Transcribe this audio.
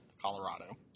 Colorado